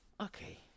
okay